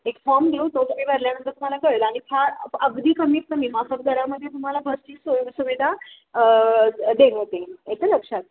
एक फॉम देऊ तो तुम्ही भरल्यानंतर तुम्हाला कळेल आणि फा अगदी कमीत कमी माफक दरामध्ये तुम्हाला बसची सोय सुविधा देण्यात येईल येतं लक्षात